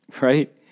right